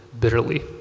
bitterly